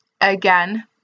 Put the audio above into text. again